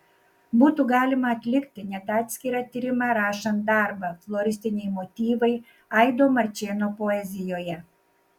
būtų galima atlikti net atskirą tyrimą rašant darbą floristiniai motyvai aido marčėno poezijoje